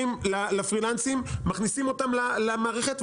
מכניסים אותם למערכת,